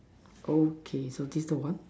okay so this the one